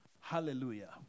Hallelujah